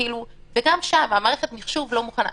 וגם שם מערכת המחשוב לא מוכנה.